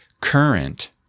current